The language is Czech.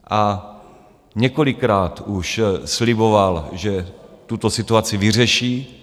A několikrát už sliboval, že tuto situaci vyřeší.